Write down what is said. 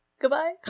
goodbye